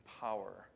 power